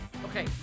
Okay